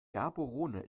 gaborone